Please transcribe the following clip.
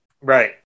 Right